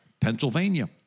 Pennsylvania